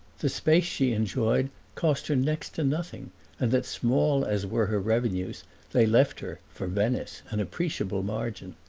the space she enjoyed cost her next to nothing and that small as were her revenues they left her, for venice, an appreciable margin.